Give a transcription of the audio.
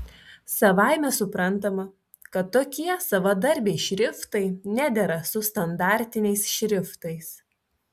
savaime suprantama kad tokie savadarbiai šriftai nedera su standartiniais šriftais